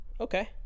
okay